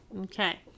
Okay